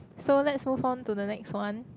so let's move on to the next one